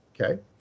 Okay